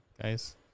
guys